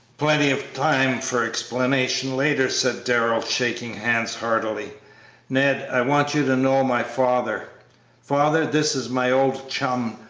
plenty of time for explanations later, said darrell, shaking hands heartily ned, i want you to know my father father, this is my old chum,